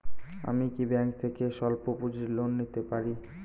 আমি কি ব্যাংক থেকে স্বল্প পুঁজির লোন পেতে পারি?